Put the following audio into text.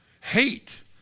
Hate